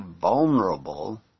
vulnerable